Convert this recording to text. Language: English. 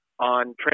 on